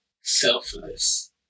selfless